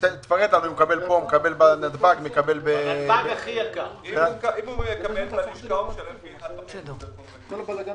אם הוא מקבל בנתב"ג הוא משלם פי שלושה מאשר על דרכון רגיל.